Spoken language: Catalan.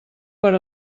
per